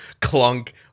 Clunk